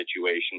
situation